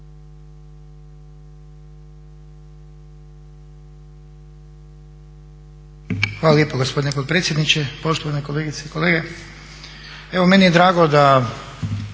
Hvala lijepo gospodine potpredsjedniče. Poštovane kolegice i kolege. Evo meni je drago da